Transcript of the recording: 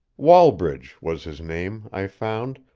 wallbridge was his name, i found,